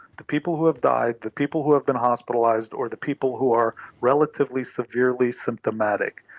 the people who have died, the people who have been hospitalised, or the people who are relatively severely symptomatic.